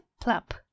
plop